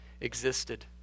existed